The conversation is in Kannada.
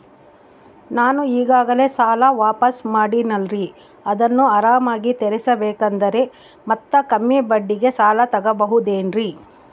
ನಾನು ಈಗಾಗಲೇ ಸಾಲ ವಾಪಾಸ್ಸು ಮಾಡಿನಲ್ರಿ ಅದನ್ನು ಆರಾಮಾಗಿ ತೇರಿಸಬೇಕಂದರೆ ಮತ್ತ ಕಮ್ಮಿ ಬಡ್ಡಿಗೆ ಸಾಲ ತಗೋಬಹುದೇನ್ರಿ?